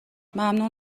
ممنون